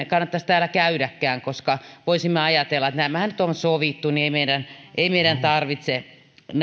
kannattaisi täällä käydäkään koska voisimme ajatella että nämähän nyt on sovittu niin ei meidän ei meidän tarvitse